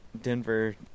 Denver